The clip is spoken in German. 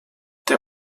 der